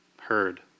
heard